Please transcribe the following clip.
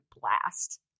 blast